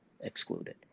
excluded